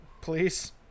please